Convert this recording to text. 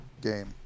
game